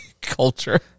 Culture